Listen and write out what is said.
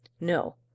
No